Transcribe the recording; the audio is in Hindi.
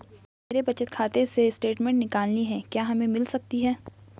मेरे बचत खाते से स्टेटमेंट निकालनी है क्या हमें मिल सकती है?